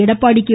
Edappadi K